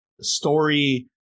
story